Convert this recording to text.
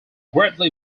greatly